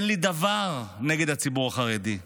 אין לי דבר נגד הציבור החרדי.